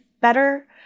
better